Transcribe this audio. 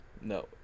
No